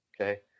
Okay